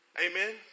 Amen